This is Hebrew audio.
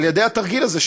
על ידי התרגיל הזה,